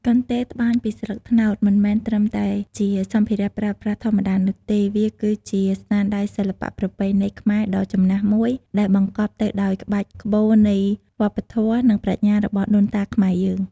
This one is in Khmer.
កន្ទេលត្បាញពីស្លឹកត្នោត មិនមែនត្រឹមតែជាសម្ភារៈប្រើប្រាស់ធម្មតានោះទេ វាគឺជា ស្នាដៃសិល្បៈប្រពៃណីខ្មែរដ៏ចំណាស់មួយ ដែលបង្កប់ទៅដោយក្បាច់ក្បូរនៃវប្បធម៌ និងប្រាជ្ញារបស់ដូនតាខ្មែរយើង។